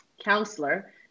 counselor